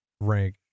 rank